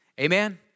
Amen